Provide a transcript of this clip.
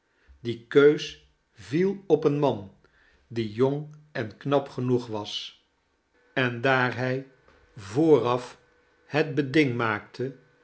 die keus viel op een man die jong en knap genoeg was en daar hy ij ii jimmi nelly vooraf het beding maakte